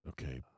Okay